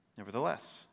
Nevertheless